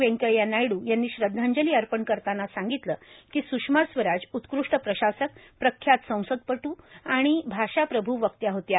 व्यंकय्या नायड् यांनी श्रद्धांजली अर्पण करताना सांगितलं की सुषमा स्वराज उत्कृष्ट प्रशासक प्रख्यात संसदपटू आणि भाषाप्रभू वक्त्या होत्या